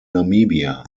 namibia